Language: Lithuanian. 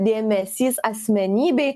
dėmesys asmenybei